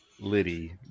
Liddy